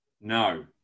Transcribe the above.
No